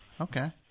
Okay